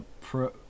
pro